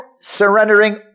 surrendering